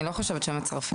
אני לא חושבת שהם מצרפים.